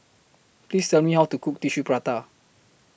Please Tell Me How to Cook Tissue Prata